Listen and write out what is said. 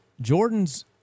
Jordan's